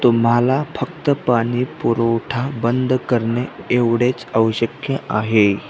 तुम्हाला फक्त पाणी पुरवठा बंद करणे एवढेच आवश्यक आहे